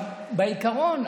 אבל בעיקרון,